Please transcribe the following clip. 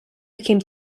became